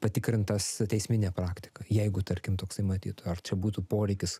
patikrintas teismine praktika jeigu tarkim toksai matytų ar čia būtų poreikis